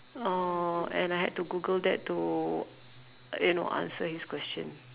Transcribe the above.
uh and I had to Google that to you know answer his question